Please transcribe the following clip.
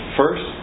first